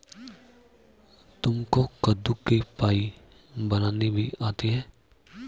तुमको कद्दू की पाई बनानी भी आती है?